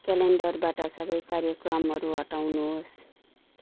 क्यालेन्डरबाट सबै कार्यक्रमहरू हटाउनुहोस्